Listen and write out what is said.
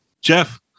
Jeff